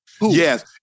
Yes